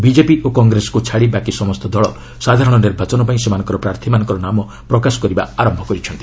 BJP ଓ କଂଗ୍ରେସ୍କୁ ଛାଡ଼ି ବାକି ସମସ୍ତ ଦଳ ସାଧାରଣ ନିର୍ବାଚନ ପାଇଁ ସେମାନଙ୍କର ପ୍ରାର୍ଥୀମାନଙ୍କର ନାମ ପ୍ରକାଶ କରିବା ଆରମ୍ଭ କରିଛନ୍ତି